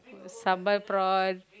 sambal prawn